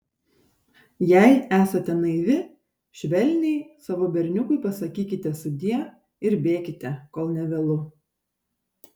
jei esate naivi švelniai savo berniukui pasakykite sudie ir bėkite kol nevėlu